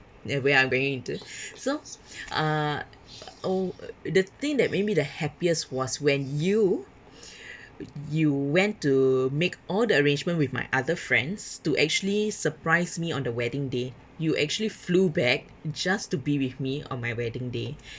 where I'm going into so uh uh the thing that made me the happiest was when you you went to make all the arrangement with my other friends to actually surprise me on the wedding day you actually flew back just to be with me on my wedding day